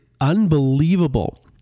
unbelievable